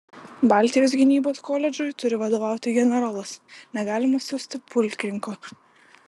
baltijos gynybos koledžui turi vadovauti generolas negalime siųsti pulkininko